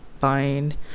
fine